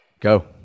Go